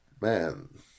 Man